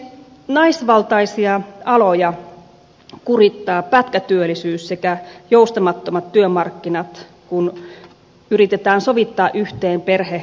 naisvaltaisia aloja kurittavat pätkätyöllisyys sekä joustamattomat työmarkkinat kun yritetään sovittaa yhteen perhe ja työelämää